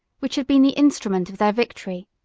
which had been the instrument of their victory,